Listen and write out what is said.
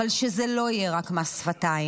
אבל שזה לא יהיה רק מס שפתיים.